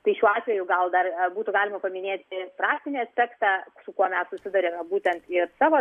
tai šiuo atveju gal dar būtų galima paminėti praktinį aspektą su kuo mes susitarėme būtent ir savo